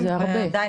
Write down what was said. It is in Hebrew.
כמובן,